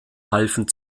halfen